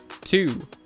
two